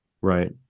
Right